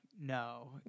no